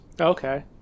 Okay